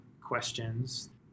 questions